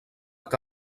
que